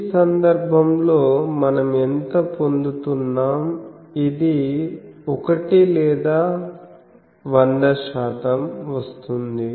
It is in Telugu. ఈ సందర్భంలో మనం ఎంత పొందుతున్నాం ఇది 1 లేదా 100 శాతం వస్తుంది